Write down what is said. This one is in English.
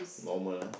normal lah